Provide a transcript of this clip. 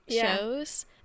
shows